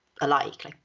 alike